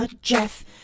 Jeff